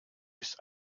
bist